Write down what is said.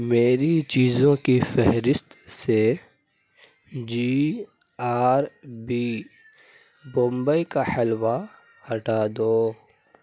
میری چیزوں کی فہرست سے جی آر بی بمبئی کا حلوہ ہٹا دو